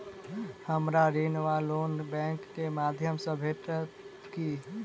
हमरा ऋण वा लोन बैंक केँ माध्यम सँ भेटत की?